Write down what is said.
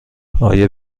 آیا